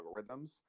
algorithms